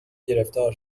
گرفتار